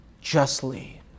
justly